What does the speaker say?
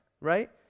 right